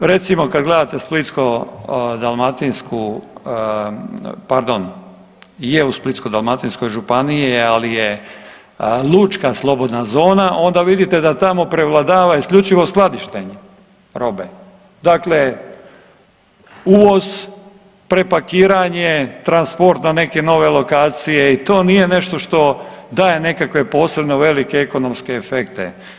Recimo kad gledate Splitsko-dalmatinsku pardon je u Splitsko-dalmatinskoj županiji je, ali je lučka slobodna zona onda vidite da tamo prevladava isključivo skladištenje robe, dakle uvoz, prepakiranje, transport na neke nove lokacije i to nije nešto što daje nekakve posebno velike ekonomske efekte.